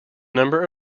number